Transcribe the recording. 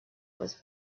was